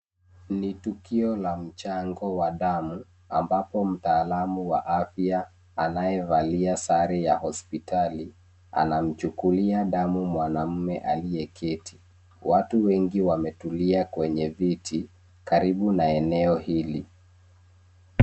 Ni tukio la mchango wa damu ambapo mtaalamu wa afya anayevalia sare ya hospitali anamchukulia damu mwanaume aliyeketi. Watu wengi wametulia kwenye viti karibu na eneo hili.